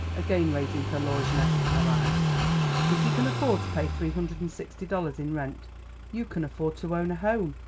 again raising her lorgnette to her eyes if you can afford to pay three hundred and sixty dollars in rent you can afford to own a home,